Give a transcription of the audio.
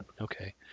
Okay